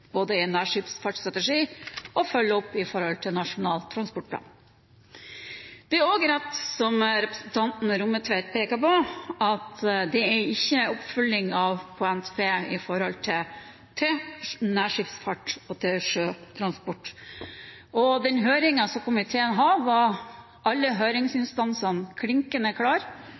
både i en nærskipsfartsstrategi og i Nasjonal transportplan. Det er også rett som representanten Rommetveit peker på, at det ikke er noen oppfølging i NTP med tanke på nærskipsfart og sjøtransport. I den høringen som komiteen hadde, var alle høringsinstansene klinkende